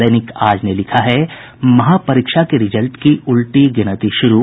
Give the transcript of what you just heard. दैनिक आज ने लिखा है महापरीक्षा के रिजल्ट की उलटी गिनती शुरू